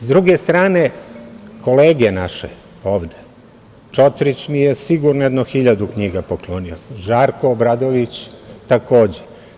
S druge strane, kolege naše ovde, Čotrić mi je sigurno jedno 1000 knjiga poklonio, Žarko Obradović, takođe.